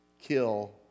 kill